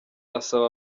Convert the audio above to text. asaba